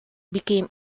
became